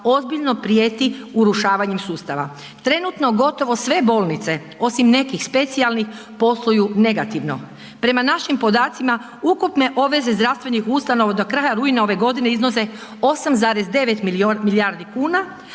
ozbiljno prijeti urušavanjem sustava. Trenutno gotovo sve bolnice osim nekih specijalnih posluju negativno. Prema našim podacima ukupne obveze zdravstvenih ustanova do kraja rujna ove godine iznose 8,9 milijardi kuna,